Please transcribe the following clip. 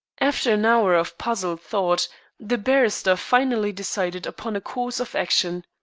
after an hour of puzzled thought the barrister finally decided upon a course of action.